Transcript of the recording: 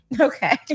Okay